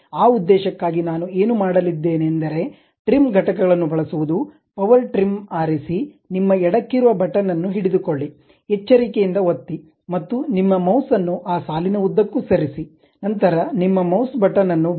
ಆ ಉದ್ದೇಶಕ್ಕಾಗಿ ನಾನು ಏನು ಮಾಡಲಿದ್ದೇನೆಂದರೆ ಟ್ರಿಮ್ ಘಟಕಗಳನ್ನು ಬಳಸುವುದು ಪವರ್ ಟ್ರಿಮ್ ಆರಿಸಿ ನಿಮ್ಮ ಎಡಕ್ಕಿರುವ ಬಟನ್ ಅನ್ನು ಹಿಡಿದುಕೊಳ್ಳಿ ಎಚ್ಚರಿಕೆಯಿಂದ ಒತ್ತಿ ಮತ್ತು ನಿಮ್ಮ ಮೌಸ್ ಅನ್ನು ಆ ಸಾಲಿನ ಉದ್ದಕ್ಕೂ ಸರಿಸಿ ನಂತರ ನಿಮ್ಮ ಮೌಸ್ ಬಟನ್ ಅನ್ನು ಬಿಡಿ